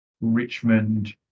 Richmond